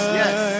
yes